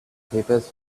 papers